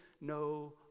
no